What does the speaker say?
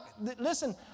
listen